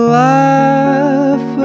laugh